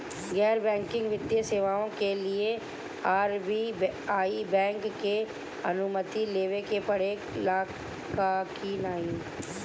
गैर बैंकिंग वित्तीय सेवाएं के लिए आर.बी.आई बैंक से अनुमती लेवे के पड़े ला की नाहीं?